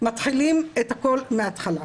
ומתחילים את הכול מהתחלה.